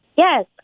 Yes